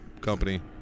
company